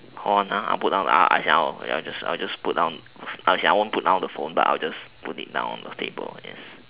hold on ah I put down ah as in I'll I just I just put down ah as in I won't put down the phone but I will just put it down on the table yes